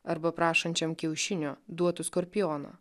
arba prašančiam kiaušinio duotų skorpioną